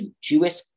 Jewish